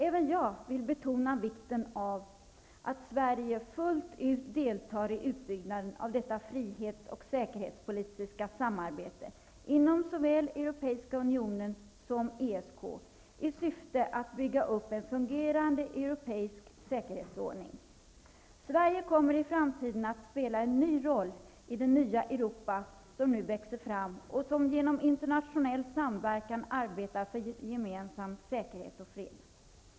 Även jag vill betona vikten av att Sverige fullt ut deltar i utbyggnaden av detta frihets och säkerhetspolitiska samarbete inom såväl Europeiska unionen som ESK i syfte att bygga upp en fungerande europeisk säkerhetsordning. Sverige kommer i framtiden att spela en ny roll i det nya Europa som nu växer fram och som genom internationell samverkan arbetar för gemensam säkerhet och fred.